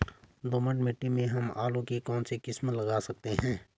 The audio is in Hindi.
दोमट मिट्टी में हम आलू की कौन सी किस्म लगा सकते हैं?